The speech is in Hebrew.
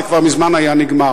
זה כבר מזמן היה נגמר.